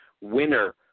Winner